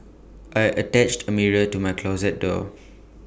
I attached A mirror to my closet door